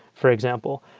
for example.